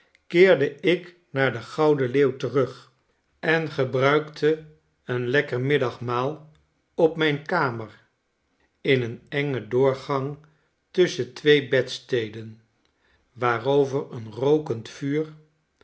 keerde ik naar den gouden leeuw terug en gebruikte een lekker middagmaal op mijn kamer in een engen doorgang tusschen twee bedsteden waarover een rookend vuur